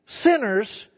sinners